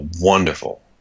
wonderful